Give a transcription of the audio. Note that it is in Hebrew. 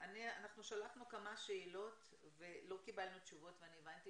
אנחנו שלחנו כמה שאלות ולא קיבלנו תשובות ואני הבנתי